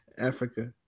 Africa